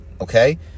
okay